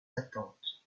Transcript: attentes